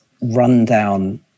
rundown